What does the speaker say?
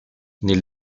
nel